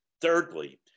Thirdly